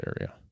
area